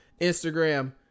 Instagram